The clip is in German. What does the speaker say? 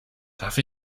darf